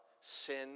sin